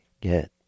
get